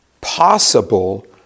possible